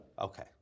Okay